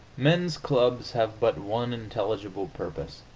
men's clubs have but one intelligible purpose